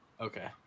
Okay